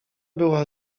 była